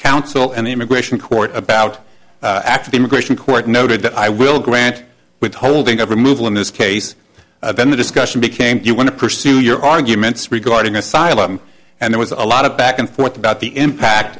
counsel and the immigration court about actually immigration court noted that i will grant withholding of remove all in this case then the discussion became do you want to pursue your arguments regarding asylum and there was a lot of back and forth about the impact